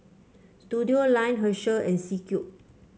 Studioline Herschel and C Cube